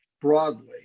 broadly